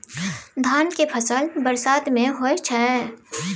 धान के फसल बरसात में होय छै?